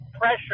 pressure